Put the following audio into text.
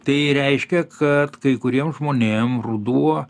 tai reiškia kad kai kuriem žmonėm ruduo